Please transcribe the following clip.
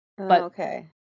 Okay